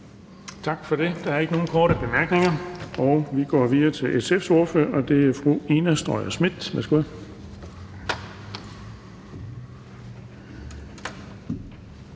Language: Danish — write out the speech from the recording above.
Tak for det. Der er ikke nogen korte bemærkninger, så vi går videre til SF's ordfører, og det er fru Ina Strøjer-Schmidt. Værsgo.